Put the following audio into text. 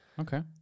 Okay